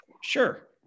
Sure